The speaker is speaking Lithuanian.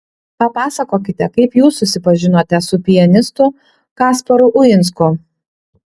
papasakokite kaip jūs susipažinote su pianistu kasparu uinsku